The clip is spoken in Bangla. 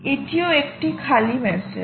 এটিও একটি খালি মেসেজ